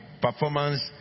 performance